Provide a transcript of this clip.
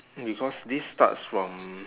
because this starts from